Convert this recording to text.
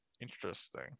interesting